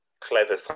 clever